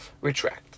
retract